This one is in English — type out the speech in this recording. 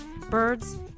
birds